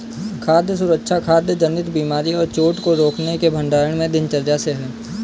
खाद्य सुरक्षा खाद्य जनित बीमारी और चोट को रोकने के भंडारण में दिनचर्या से है